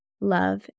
love